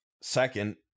Second